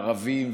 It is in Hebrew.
ערבים,